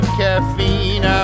caffeine